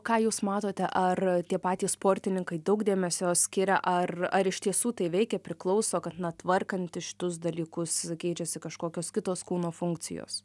ką jūs matote ar tie patys sportininkai daug dėmesio skiria ar ar iš tiesų tai veikia priklauso kad na tvarkantis šitus dalykus keičiasi kažkokios kitos kūno funkcijos